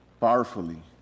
powerfully